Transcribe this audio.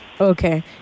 Okay